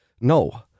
No